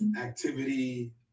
activity